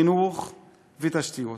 חינוך ותשתיות.